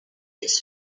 its